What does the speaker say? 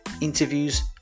interviews